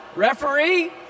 Referee